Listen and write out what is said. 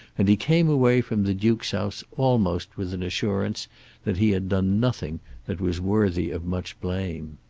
and he came away from the duke's house almost with an assurance that he had done nothing that was worthy of much blame.